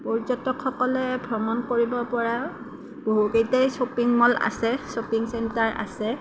পৰ্যটকসকলে ভ্ৰমণ কৰিব পৰা বহুকেইটাই শ্বপিং মল আছে শ্বপিং চেণ্টাৰ আছে